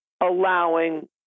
allowing